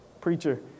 preacher